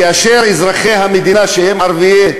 כאשר אזרחי המדינה שהם ערביי,